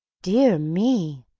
dear me!